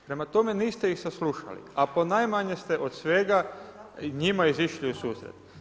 Prema tome niste ih saslušali a ponajmanje ste od svega njima izišli u susret.